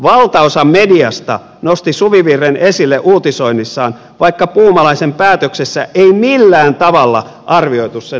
valtaosa mediasta nosti suvivirren esille uutisoinnissaan vaikka puumalaisen päätöksessä ei millään tavalla arvioitu sen asemaa